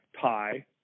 pie